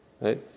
right